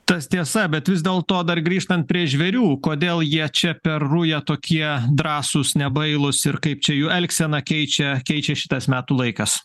tas tiesa bet vis dėlto dar grįžtant prie žvėrių kodėl jie čia per rują tokie drąsūs nebailūs ir kaip čia jų elgseną keičia keičia šitas metų laikas